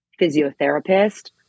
physiotherapist